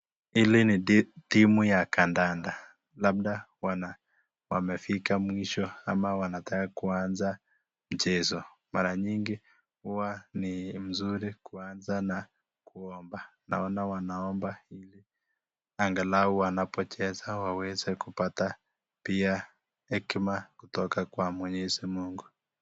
Hili ni timu ya kandanda, labda wamefika mwisho ama wanataka kuanza mchezo, mara nyingi huwa ni mzuri kuanza na kuomba. Naona wanaomba ili angalau wanapocheza waweze kupata pia hekima kutoka kwa mwenyezi mungu.